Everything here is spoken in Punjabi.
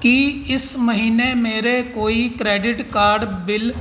ਕੀ ਇਸ ਮਹੀਨੇ ਮੇਰੇ ਕੋਈ ਕਰੈਡਿਟ ਕਾਰਡ ਬਿੱਲ